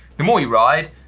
the more you ride,